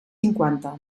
cinquanta